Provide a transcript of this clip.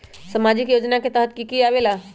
समाजिक योजना के तहद कि की आवे ला?